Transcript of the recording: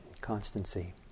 constancy